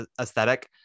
aesthetic